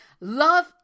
Love